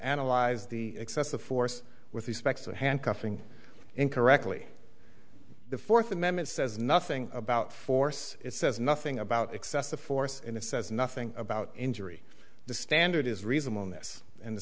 analyzed the excessive force with respect to handcuffing incorrectly the fourth amendment says nothing about force it says nothing about excessive force and it says nothing about injury the standard is reasonable in this and the